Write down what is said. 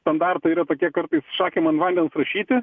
standartai yra tokie kartais šakėm ant vandens rašyti